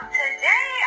today